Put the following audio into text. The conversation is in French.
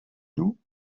loups